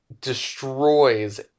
destroys